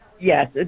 yes